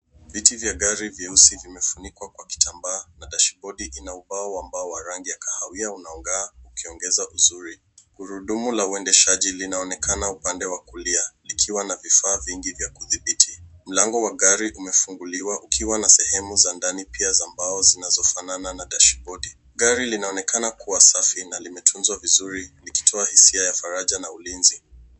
Viit vya gari vyeusi vimefunikwa kwa kitamba na dashbodi ina ubao wa mbao wa rangi ya kahawia unaong'aa ukiongeza uzuri. Gurudumu la uendeshaji linaonekana upande wa kulia likiwa na vifaa vingi vya kudhibiti. Mlango wa gari umefunguliwa ukiwa na sehemu za ndani pia za mbao zinazofanana na dashibodi. Gari linaonekana kuwa safi na limetunzwa vizuri likitoa hisia ya faraja na ulinzi.